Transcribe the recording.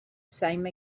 same